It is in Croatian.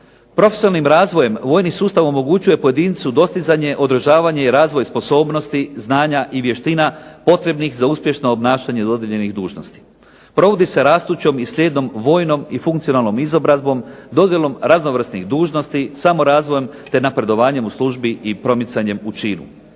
Profesionalnim razvojem vojni sustav omogućuje pojedincu dostizanje, održavanje i razvoj sposobnosti, znanja i vještina potrebnih za uspješno obnašanje dodijeljenih dužnosti. Provodi se rastućom i slijedom vojnom i funkcionalnom izobrazbom, dodjelom raznovrsnih dužnosti, samorazvojem, te napredovanjem u službi i promicanjem u činu.